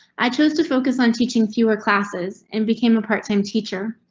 i chose to focus on teaching fewer classes and became a part time teacher.